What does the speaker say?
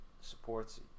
supports